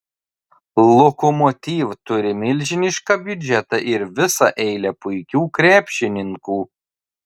lokomotiv turi milžinišką biudžetą ir visą eilę puikių krepšininkų